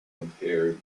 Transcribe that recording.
impaired